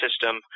system